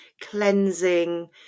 cleansing